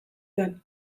zuen